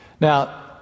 Now